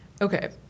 okay